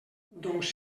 doncs